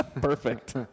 Perfect